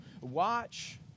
watch